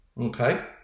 okay